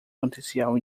potencial